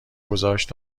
گذاشت